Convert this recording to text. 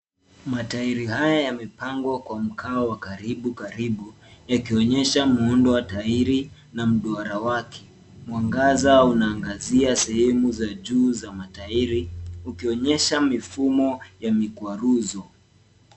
Matairi haya yamepangwa kwa mkao wa karibu karibu, yakionyesha muundo wa tairi na mduara wake. Mwangaza unaangazia sehemu za juu za matairi, ukionyesha mifumo ya migwaruzo.